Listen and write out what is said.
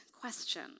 question